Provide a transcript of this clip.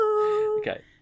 Okay